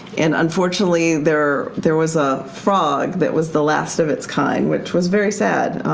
and unfortunately there there was a frog that was the last of it's kind which was very sad.